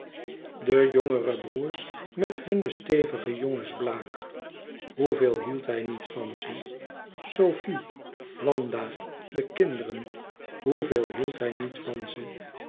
de jongere broêrs met hunne stevige jongens blague hoeveel hield hij niet van ze sofie wanda de kinderen hoeveel hield hij niet van ze